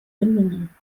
gelungen